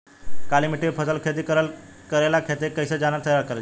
काली मिट्टी पर फसल खेती करेला खेत के कइसे तैयार करल जाला?